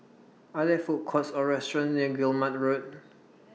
Are There Food Courts Or restaurants near Guillemard Road